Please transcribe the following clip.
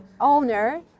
owner